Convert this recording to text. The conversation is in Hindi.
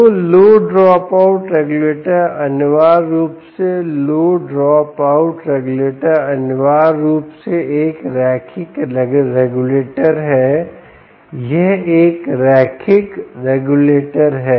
तो लो ड्रॉप आउट रेगुलेटर अनिवार्य रूप से लो ड्रॉप आउट रेगुलेटर अनिवार्य रूप से एक रैखिक रेगुलेटर है यह एक रैखिक रेगुलेटर है